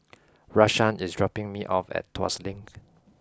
Rashaan is dropping me off at Tuas Link